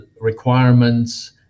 requirements